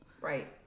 Right